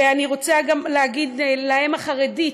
ואני רוצה גם להגיד לאם החרדית,